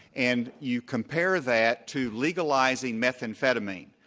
and you compare that to legalizing methamphetamine.